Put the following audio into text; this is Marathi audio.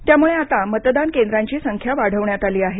त्यामुळे आता मतदान केंद्रांची संख्या वाढवण्यात आली आहे